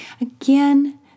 Again